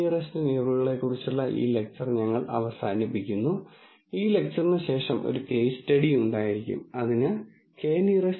data science പ്രോബ്ളങ്ങൾ പരിഹരിക്കുന്നതിനുള്ള ഒരു ചട്ടക്കൂട് ഞാൻ വിവരിക്കും ആ ചട്ടക്കൂട് എന്താണെന്നും അത് എങ്ങനെ പ്രവർത്തിക്കുന്നുവെന്നും വിശദീകരിക്കാൻ ഈ ഡാറ്റ ഇംപ്യൂട്ടേഷൻ ഒരു ഉദാഹരണമായി ഉപയോഗിക്കും